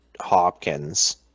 hopkins